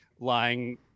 lying